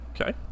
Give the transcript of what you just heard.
Okay